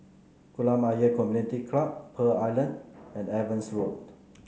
Kolam Ayer Community Club Pearl Island and Evans Road